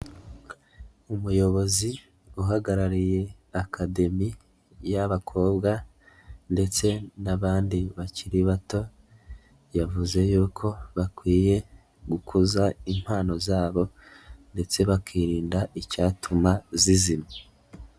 Umuyobozi uhagarariye akademi y'abakobwa ndetse n'abandi bakiri bato, yavuze yuko bakwiye gukuza impano zabo ndetse bakirinda icyatuma zizima.